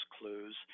clues